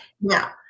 Now